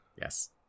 Yes